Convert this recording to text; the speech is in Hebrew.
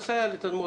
להערכתנו,